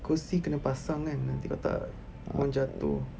kerusi kena pasang kan kalau tak nanti orang jatuh